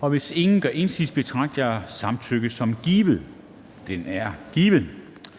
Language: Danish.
og hvis ingen gør indsigelse, betragter jeg samtykket som givet. Det er givet.